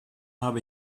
habe